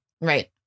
Right